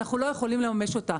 אנחנו לא יכולים לממש אותה.